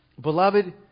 Beloved